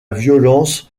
violence